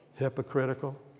hypocritical